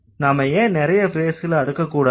நாம ஏன் நிறைய ஃப்ரேஸ்களை அடுக்கக்கூடாது